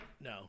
No